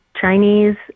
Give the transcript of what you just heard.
Chinese